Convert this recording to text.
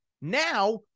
now